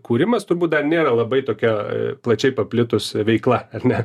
kūrimas turbūt dar nėra labai tokia plačiai paplitusi veikla ar ne